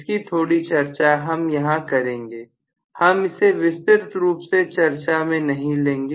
इसकी थोड़ी चर्चा हम यहां करेंगे हम इसे विस्तृत रूप से चर्चा में नहीं लेंगे